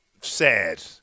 sad